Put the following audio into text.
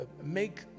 make